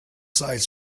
sites